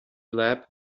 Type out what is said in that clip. lab